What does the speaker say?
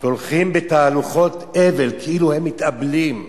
והולכים בתהלוכות אבל, כאילו הם מתאבלים.